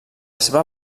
seva